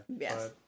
Yes